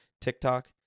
TikTok